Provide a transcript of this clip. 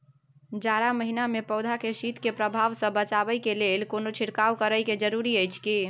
जारा महिना मे पौधा के शीत के प्रभाव सॅ बचाबय के लेल कोनो छिरकाव करय के जरूरी अछि की?